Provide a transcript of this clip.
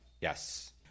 Yes